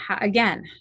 again